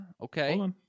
Okay